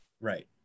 Right